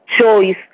choice